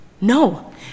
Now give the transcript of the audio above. No